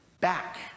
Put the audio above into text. back